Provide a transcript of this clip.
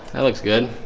that looks good